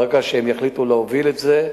ברגע שהם יחליטו להוביל את זה,